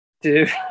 Dude